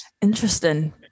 Interesting